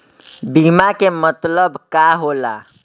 बीमा के मतलब का होला?